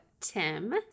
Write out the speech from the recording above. Tim